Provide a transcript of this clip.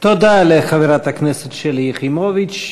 תודה לחברת הכנסת שלי יחימוביץ.